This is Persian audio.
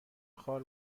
خوار